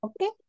okay